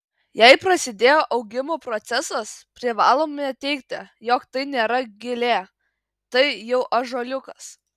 jei prasidėjo augimo procesas privalome teigti jog tai nėra gilė tai jau ąžuoliukas